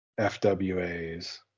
FWAs